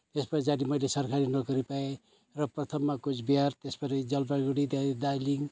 त्यस पछाडि मैले सरकारी नोकरी पाएँ र प्रथममा कुचबिहार त्यस पछाडि जलपाइगढी त्यहाँदेखि दार्जिलिङ